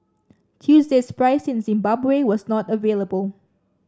Tuesday's price in Zimbabwe was not available